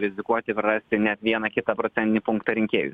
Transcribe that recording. rizikuoti prarasti net vieną kitą procentinį punktą rinkėjui